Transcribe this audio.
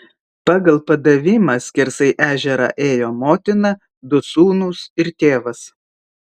pagal padavimą skersai ežerą ėjo motina du sūnūs ir tėvas